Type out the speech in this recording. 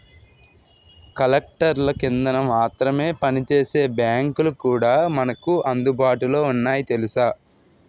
కలెక్టర్ల కిందన మాత్రమే పనిచేసే బాంకులు కూడా మనకు అందుబాటులో ఉన్నాయి తెలుసా